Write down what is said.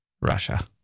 Russia